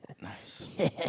Nice